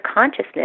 consciousness